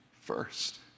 first